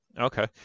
okay